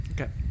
Okay